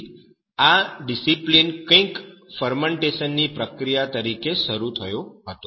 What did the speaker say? તેથી આ ડિસિપ્લિન કઈંક ફરમેન્ટેશનની પ્રક્રિયા તરીકે શરૂ થયો હતો